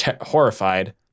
horrified